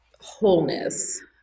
wholeness